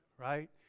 right